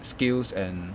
skills and